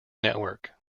network